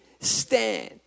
stand